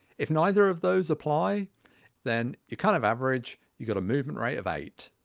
if neither of those apply then you're kind of average you got a movement rate of eight.